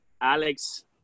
Alex